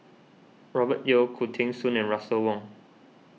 Robert Yeo Khoo Teng Soon and Russel Wong